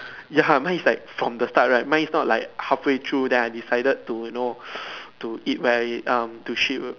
ya mine is like from the start right mine is not like half way through then I decided to you know to eat whe~ um to shit